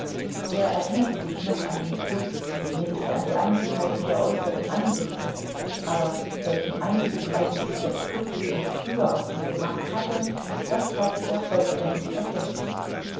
er erinnerte sich noch an den klub nämlich an die einzelheiten der äußeren einrichtung aber welchen eindruck eigentlich das klubleben früher auf ihn gemacht hatte das hatte er vollständig vergessen